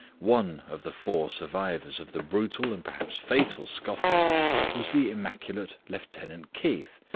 one of the four survivors of the brutal and perhaps fatal scuffle was the immaculate lieutenant keith,